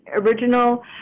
original